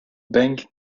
bank